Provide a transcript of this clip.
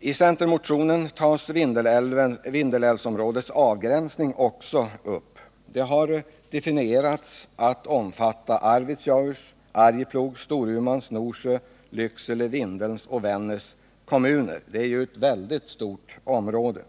I centermotionen tas också upp Vindelälvsområdets avgränsning. Det har definierats att omfatta Arvidsjaurs, Arjeplogs, Storumans, Norsjö, Lycksele, Vindelns och Vännäs kommuner. Det är ett väldigt område.